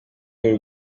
y’u